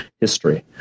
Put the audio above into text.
history